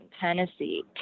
Tennessee